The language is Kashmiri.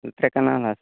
زٕ ترٛےٚ کَنال ہہ